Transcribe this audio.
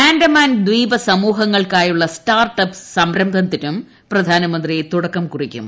ആൻഡമാൻ ദ്വീപ് സമൂഹങ്ങൾക്കായുള്ള start up സംരംഭത്തിനും പ്രധാനമന്ത്രി തുടക്കം കുറിക്കും